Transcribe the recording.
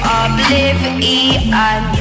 oblivion